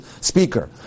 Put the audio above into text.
speaker